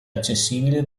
accessibile